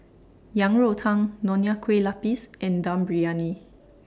Yang Rou Tang Nonya Kueh Lapis and Dum Briyani